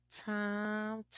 time